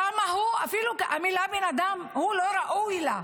כמה הוא, אפילו המילה "בן אדם", הוא לא ראוי לה.